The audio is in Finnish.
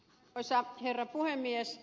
arvoisa herra puhemies